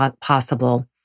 possible